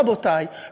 רבותי,